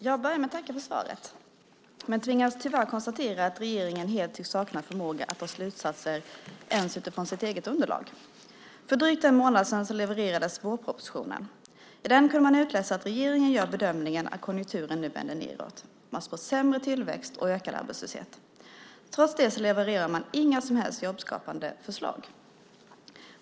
Herr talman! Jag börjar med att tacka för svaret, men tvingas tyvärr konstatera att regeringen helt tycks sakna förmåga att dra slutsatser ens utifrån sitt eget underlag. För drygt en månad sedan levererades vårpropositionen. I den kunde man utläsa att regeringen gör bedömningen att konjunkturen nu vänder nedåt. Man spår sämre tillväxt och ökad arbetslöshet. Trots detta levererar man inga som helst jobbskapande förslag.